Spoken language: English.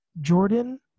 Jordan